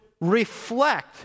reflect